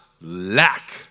lack